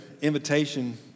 invitation